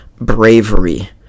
bravery